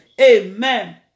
amen